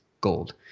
gold